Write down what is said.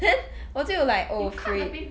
then 我就 like oh freak